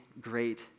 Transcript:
great